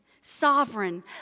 sovereign